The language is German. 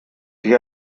die